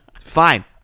fine